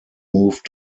moved